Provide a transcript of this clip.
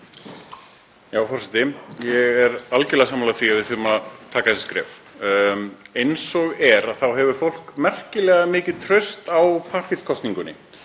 forseti. Ég er algjörlega sammála því að við þurfum að taka þessi skref. Eins og er hefur fólk merkilega mikið traust á pappírskosningum